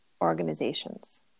organizations